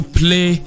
play